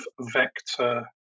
vector